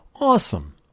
Awesome